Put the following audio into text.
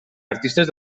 artistes